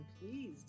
please